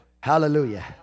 hallelujah